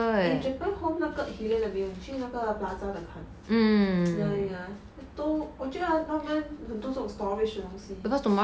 if japan home 那个 hill mall 的没有你去那 plaza 的看 ya ya ya 都我觉得他们很多这种 storage 的东西